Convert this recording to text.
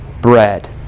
bread